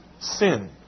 sin